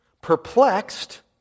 perplexed